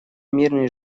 мирные